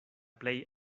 plej